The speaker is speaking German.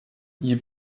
ihr